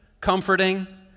comforting